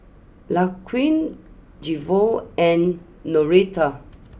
Laquan Jevon and Noretta